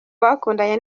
bakundanye